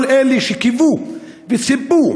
וכל אלה שקיוו וציפו,